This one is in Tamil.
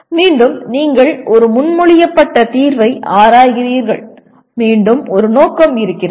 மீண்டும் நீங்கள் ஒரு முன்மொழியப்பட்ட தீர்வை ஆராய்கிறீர்கள் மீண்டும் ஒரு நோக்கம் இருக்கிறது